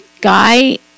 guy